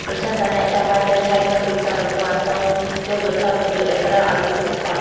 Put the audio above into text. ប្រសិនបើអ្នកចាំបាច់ត្រូវឆែកមើលទូរស័ព្ទបន្ទាន់សូមចួយបន្ថយពន្លឺអេក្រង់អោយទាបបំផុត។